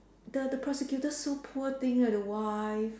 the the prosecutor so poor thing leh the wife